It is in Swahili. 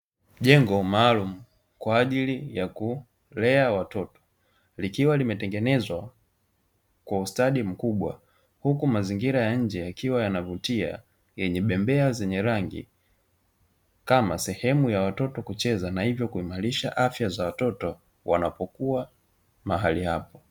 Majengo maalumu kwa ajili ya kulea watoto likiwa limetengenezwa kwa ustadi mkubwa, huku mazingira ya nje yakiwa yanavutia yenye bembea zenye rangi kama sehemu ya watoto kucheza, na hivyo kuimarisha afya za watoto wanapokuwa mahali hapo.